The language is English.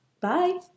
Bye